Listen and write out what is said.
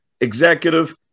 executive